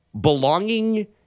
belonging